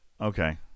okay